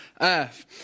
Earth